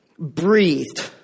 Breathed